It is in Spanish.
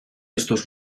estos